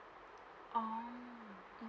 orh mm